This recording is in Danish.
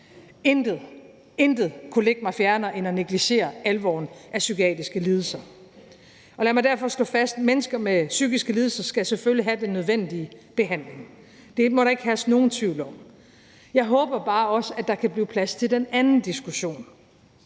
Intet kunne ligge mig fjernere end at negligere alvoren af psykiatriske lidelser. Så lad mig derfor slå fast: Mennesker med psykiske lidelser skal selvfølgelig have den nødvendige behandling. Det må der ikke herske nogen tvivl om. Jeg håber bare også, at der kan blive plads til den anden diskussion.